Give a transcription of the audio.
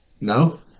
no